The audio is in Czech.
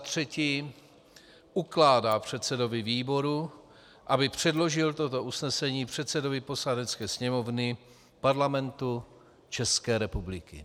3. ukládá předsedovi výboru, aby předložil toto usnesení předsedovi Poslanecké sněmovny Parlamentu České republiky.